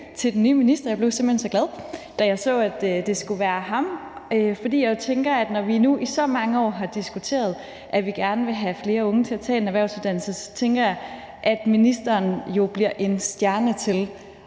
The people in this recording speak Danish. til den nye minister. Jeg blev simpelt hen så glad, da jeg så, at det skulle være ham, fordi jeg jo tænker, at ministeren, når vi nu i så mange år har diskuteret, at vi gerne vil have flere unge til at tage en erhvervsuddannelse, så bliver en stjerne i